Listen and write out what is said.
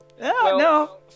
no